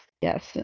yes